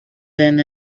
than